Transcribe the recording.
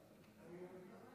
אדוני היושב-ראש,